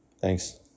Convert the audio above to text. Thanks